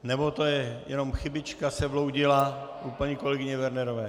Nebo to se jenom chybička vloudila u paní kolegyně Wernerové?